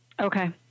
Okay